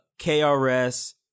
KRS